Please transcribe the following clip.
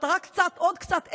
אתה רק עבד עוד קצת.